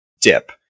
dip